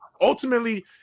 ultimately